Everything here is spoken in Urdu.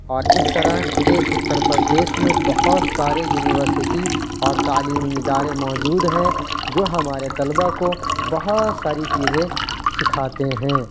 اور اس طرح کے اتر پردیش میں بہت سارے یونیورسٹی اور تعلیمی ادارے موجود ہیں جو ہمارے طلبا کو بہت ساری چیزیں سکھاتے ہیں